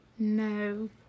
No